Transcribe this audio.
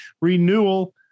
renewal